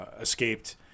escaped